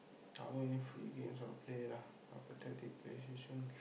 I don't know if have any free games I will play lah a pathetic playstation